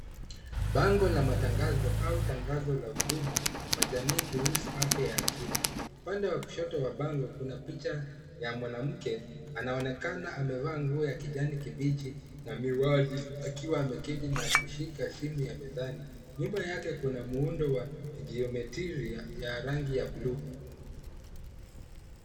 Bango la matangazo au tangazo la huduma kwa jamii kuhusu afya ya akili. Upande wa kushoto wa bango kuna picha ya mwanamke anaonekana amevaa nguo ya kijani kibichi na miwani akiwa ameketi na kushika simu ya mezani. Nyuma yake kuna muundo wa geometry ya rangi ya buluu.